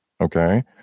okay